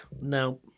No